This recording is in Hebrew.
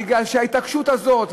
בגלל ההתעקשות הזאת,